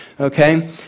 okay